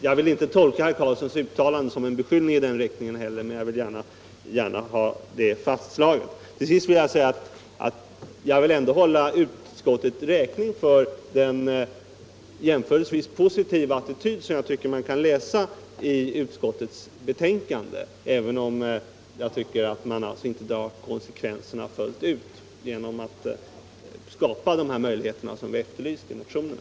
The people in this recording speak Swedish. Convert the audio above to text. — Jag vill inte heller tolka herr Karlssons uttalande som en beskyllning i den riktningen, utan jag vill bara gärna ha detta fastslaget. Till sist vill jag ändå hålla utskottet räkning för den jämförelsevis positiva attityd som jag tycker mig kunna utläsa ur utskottets betänkande, trots att jag anser att utskottet inte fullt dragit ut konsekvenserna genom att skapa de möjligheter som vi efterlyst i motionen.